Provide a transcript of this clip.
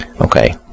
Okay